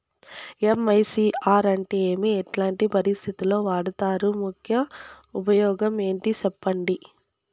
MICR అంటే ఏమి? ఎట్లాంటి పరిస్థితుల్లో వాడుతారు? ముఖ్య ఉపయోగం ఏంటి సెప్పండి?